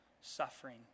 suffering